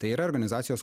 tai yra organizacijos